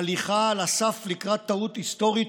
הליכה על הסף לקראת טעות היסטורית,